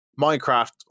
Minecraft